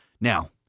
Now